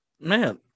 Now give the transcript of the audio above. Man